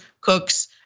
cooks